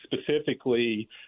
specifically